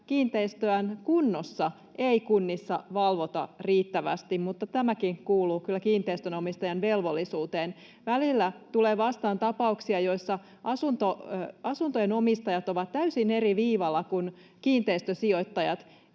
kiinteistöään kunnossa ei valvota riittävästi kunnissa, mutta tämäkin kuuluu kyllä kiinteistönomistajan velvollisuuteen. Välillä tulee vastaan tapauksia, joissa asuntojen omistajat ovat täysin eri viivalla kuin kiinteistösijoittajat.